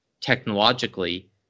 technologically